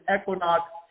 equinox